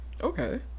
okay